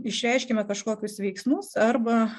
išreiškiame kažkokius veiksmus arba